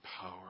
power